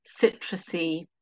citrusy